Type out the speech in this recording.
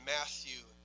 Matthew